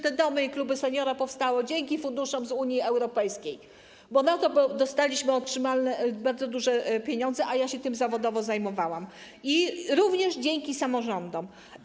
Te domy i kluby seniora powstały dzięki funduszom z Unii Europejskiej, bo na to dostaliśmy bardzo duże pieniądze - ja się tym zawodowo zajmowałam - i również dzięki samorządom.